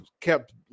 kept